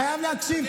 אתה חייב להקשיב,